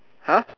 !huh!